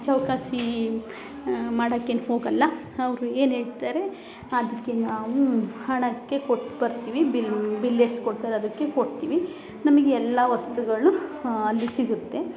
ಚೌಕಾಸೀ ಮಾಡೋಕೇನ್ ಹೋಗೋಲ್ಲ ಅವ್ರು ಏನು ಹೇಳ್ತಾರೆ ಅದಕ್ಕೆ ನಾವು ಹಣಕ್ಕೆ ಕೊಟ್ಟು ಬರ್ತಿವಿ ಬಿಲ್ಲು ಬಿಲ್ ಎಷ್ಟು ಕೊಡ್ತಾರೆ ಅದಕ್ಕೆ ಕೊಡ್ತೀವಿ ನಮಗ್ ಎಲ್ಲ ವಸ್ತುಗಳು ಅಲ್ಲಿ ಸಿಗುತ್ತೆ